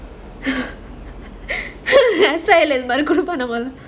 S_I_A பொறக்கனும்னு:porakanumnu